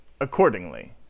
accordingly